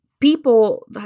people